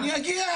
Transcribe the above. אני אגיע.